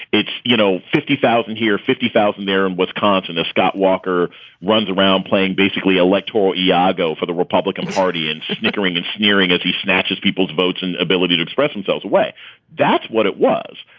it's, you know, fifty thousand here, fifty thousand there in and wisconsin. if scott walker runs around playing basically electoral jago for the republican party and snickering and sneering as he snatches people's votes and ability to express themselves away that's what it was.